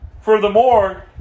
Furthermore